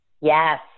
Yes